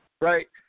right